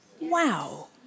Wow